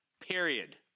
period